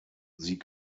sie